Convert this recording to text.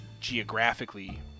geographically